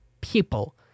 people